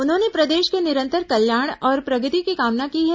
उन्होंने प्रदेश के निरंतर कल्याण और प्रगति की कामना की है